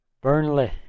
Burnley